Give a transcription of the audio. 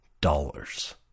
dollars